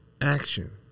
action